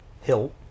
Hill